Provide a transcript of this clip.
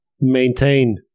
maintain